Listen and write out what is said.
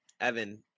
Evan